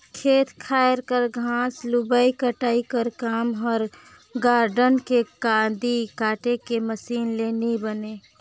खेत खाएर कर घांस लुबई कटई कर काम हर गारडन के कांदी काटे के मसीन ले नी बने